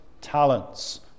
talents